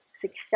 success